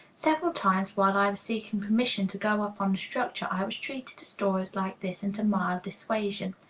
several times while i was seeking permission to go up on the structure i was treated to stories like this and to mild dissuasion.